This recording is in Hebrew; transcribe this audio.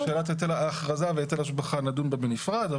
ושאלת ההכרזה והיטל ההשבחה נדון בה בנפרד,